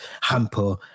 hamper